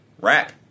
rap